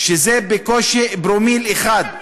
שזה בקושי פרומיל אחד.